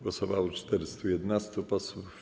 Głosowało 411 posłów.